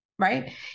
right